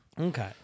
Okay